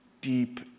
deep